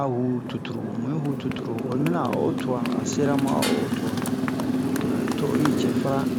a hu tuturu mu'i hu tuturu oyi mina a o'o tua a sɛra mu a o'o tua to yi cɛ faraɲɲɲ